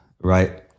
right